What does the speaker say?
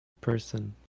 person